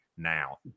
Now